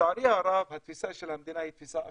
לצערי הרב התפיסה של המדינה היא תפיסה אחרת.